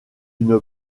une